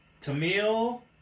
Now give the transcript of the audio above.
Tamil